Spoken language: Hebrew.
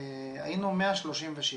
היינו 137,